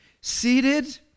seated